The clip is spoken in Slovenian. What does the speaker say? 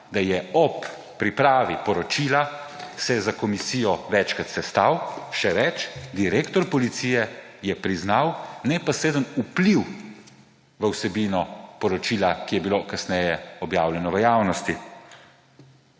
se je ob pripravi poročila s komisijo večkrat sestal. Še več, direktor policije je priznal neposreden vpliv v vsebino poročila, ki je bilo kasneje objavljeno v javnosti.